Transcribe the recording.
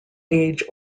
age